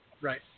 Right